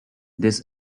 this